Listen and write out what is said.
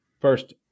first